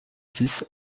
six